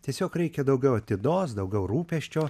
tiesiog reikia daugiau atidos daugiau rūpesčio